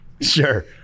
sure